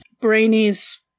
brainy's